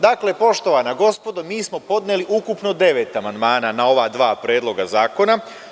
Dakle, poštovana gospodo, mi smo podneli ukupno devet amandmana na ova dva predloga zakona.